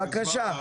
בבקשה.